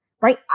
right